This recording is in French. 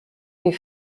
est